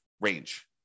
range